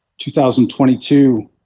2022